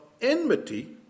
enmity